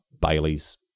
baileys